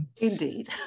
indeed